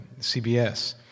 CBS